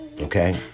Okay